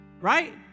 right